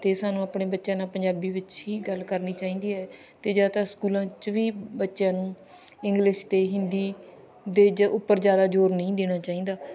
ਅਤੇ ਸਾਨੂੰ ਆਪਣੇ ਬੱਚਿਆਂ ਨਾਲ ਪੰਜਾਬੀ ਵਿੱਚ ਹੀ ਗੱਲ ਕਰਨੀ ਚਾਹੀਦੀ ਹੈ ਅਤੇ ਜ਼ਿਆਦਾਤਰ ਸਕੂਲਾਂ 'ਚ ਵੀ ਬੱਚਿਆਂ ਨੂੰ ਇੰਗਲਿਸ਼ ਅਤੇ ਹਿੰਦੀ ਦੇ ਉੱਪਰ ਜ਼ਿਆਦਾ ਜ਼ੋਰ ਨਹੀਂ ਦੇਣਾ ਚਾਹੀਦਾ